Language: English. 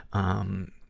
um,